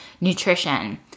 nutrition